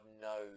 no